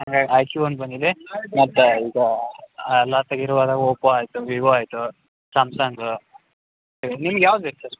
ಅದೇ iQOO ಒಂದು ಬಂದಿದೆ ಮತ್ತು ಈಗ ಲಾಸ್ಟ್ ಇರುವಾಗ ಓಪೋ ಆಯಿತು ವಿವೋ ಆಯಿತು ಸ್ಯಾಮ್ಸಂಗ್ ನಿಮ್ಗೆ ಯಾವ್ದು ಬೇಕು ಸರ್